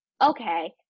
okay